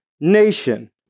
nation